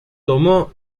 tomó